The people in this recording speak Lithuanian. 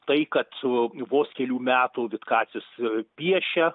tai kad su vos kelių metų vitkacis piešia